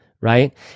right